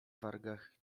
wargach